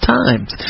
times